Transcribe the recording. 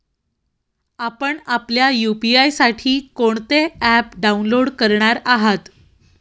आपण आपल्या यू.पी.आय साठी कोणते ॲप डाउनलोड करणार आहात?